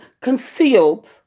concealed